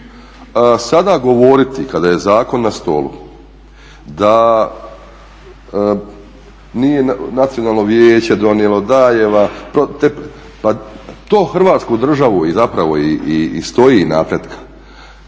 Sada govoriti kada je zakon na stolu da nije Nacionalno vijeće donijelo, pa to Hrvatsku državu zapravo i stoji napretka.